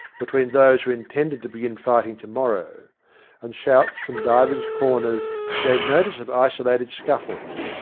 between those who intended to begin fighting to-morrow and shouts from divers corners gave notice of isolated scuffles.